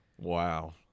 Wow